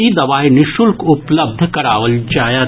ई दवाई निःशुल्क उपलब्ध कराओल जायत